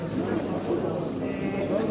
אדוני סגן השר,